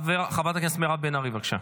חברת הכנסת מירב בן ארי, בבקשה.